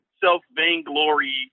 self-vainglory